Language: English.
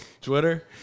Twitter